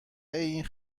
این